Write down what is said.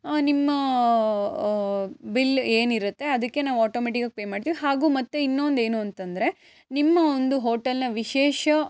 ನಿಮ್ಮ ಬಿಲ್ ಏನಿರುತ್ತೆ ಅದಕ್ಕೆ ನಾವು ಆಟೋಮೆಟಿಕಾಗಿ ಪೇ ಮಾಡ್ತೀವಿ ಹಾಗೂ ಮತ್ತು ಇನ್ನೊಂದು ಏನು ಅಂತಂದರೆ ನಿಮ್ಮ ಒಂದು ಹೋಟೆಲ್ನ ವಿಶೇಷ